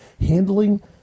handling